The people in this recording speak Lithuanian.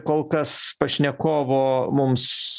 kol kas pašnekovo mums